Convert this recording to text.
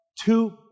two